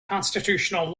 constitutional